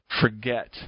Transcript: forget